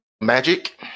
Magic